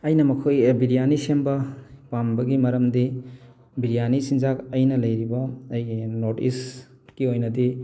ꯑꯩꯅ ꯃꯈꯣꯏ ꯕꯤꯔꯌꯥꯅꯤ ꯁꯦꯝꯕ ꯄꯥꯝꯕꯒꯤ ꯃꯔꯝꯗꯤ ꯕꯤꯔꯌꯥꯅꯤ ꯆꯤꯟꯖꯥꯛ ꯑꯩꯅ ꯂꯩꯔꯤꯕ ꯑꯩꯒꯤ ꯅꯣꯔꯠ ꯏꯁꯀꯤ ꯑꯣꯏꯅꯗꯤ